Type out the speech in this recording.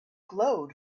glowed